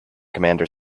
commander